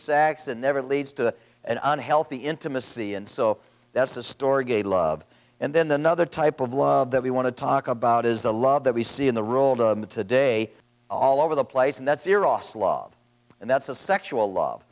sex and never leads to an unhealthy intimacy and so that's the story gay love and then the other type of love that we want to talk about is the love that we see in the rule to day all over the place and that's eros law and that's a sexual love